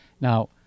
Now